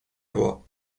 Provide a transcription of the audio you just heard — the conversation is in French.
voix